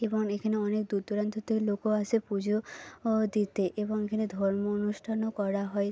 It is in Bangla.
এবং এখানে অনেক দূর দূরান্ত থেকে লোকও আসে পুজো দিতে এবং এখানে ধর্ম অনুষ্ঠানও করা হয়